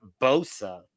Bosa